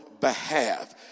behalf